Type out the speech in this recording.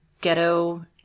ghetto